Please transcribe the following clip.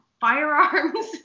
firearms